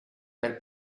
per